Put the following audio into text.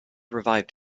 revived